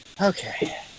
Okay